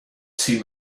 too